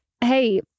Hey